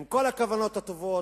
עם כל הכוונות הטובות.